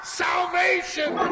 salvation